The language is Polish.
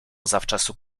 zawczasu